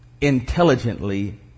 intelligently